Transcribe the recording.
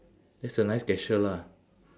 that's a nice gesture lah